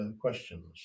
questions